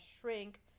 shrink